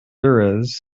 and